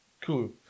cool